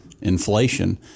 inflation